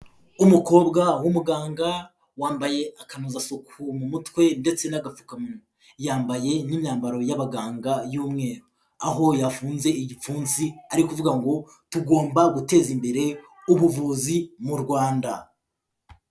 Umukobwa w'umuganga wambaye akanozasuku mu mutwe ndetse n'agapfukamunwa. Yambaye n'imyambaro y'abaganga y'umweru. Aho yafunze igipfunsi ari kuvuga ngo tugomba guteza imbere ubuvuzi mu Rwanda.